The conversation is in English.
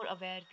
aware